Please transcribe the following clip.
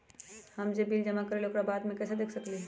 हम जे बिल जमा करईले ओकरा बाद में कैसे देख सकलि ह?